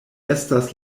estas